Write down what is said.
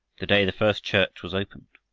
the day the first church was opened.